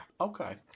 Okay